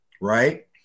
right